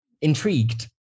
intrigued